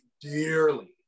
dearly